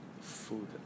food